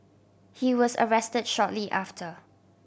he was arrested shortly after